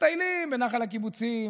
מטיילים בנחל הקיבוצים,